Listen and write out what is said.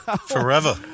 Forever